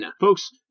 Folks